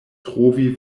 trovi